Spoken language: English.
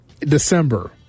December